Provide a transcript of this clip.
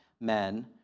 men